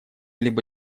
либо